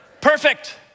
Perfect